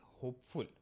hopeful